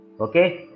okay